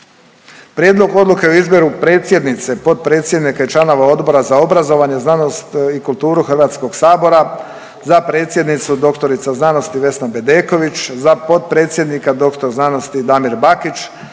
Prijedlog odluke o izboru predsjednice, potpredsjednika i članova Odbor za obrazovanje, znanost i kulturu HS-a, za predsjednicu dr. sc. Vesna Bedeković, za potpredsjednika dr. sc. Damir Bakić,